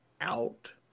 out